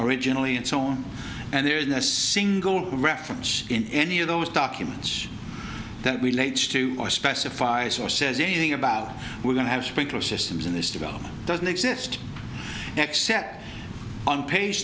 originally and so on and there isn't a single reference in any of those documents that relates to or specifies or says anything about we're going to have sprinkler systems in this development doesn't exist except on page